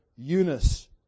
Eunice